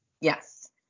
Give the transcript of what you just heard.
Yes